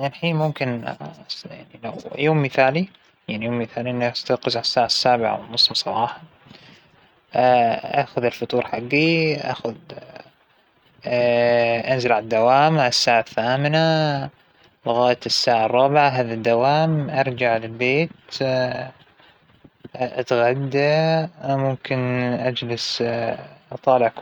أكثر أيامى مثالية هذا اليوم اللي أصحى فيه لحالى من صباح بكير بدون المنبه، بصلى فرض ربى، ب- بنبه أولادى علشان الدوام تبعهم، بصحى زوجى بنفطر سوى، بيروح دوامه، بتأكد أن البيت نظيف تماما، ما بيكون عندى أى إستريس، بتكون الحياة